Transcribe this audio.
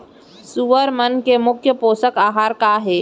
सुअर मन के मुख्य पोसक आहार का हे?